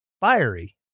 fiery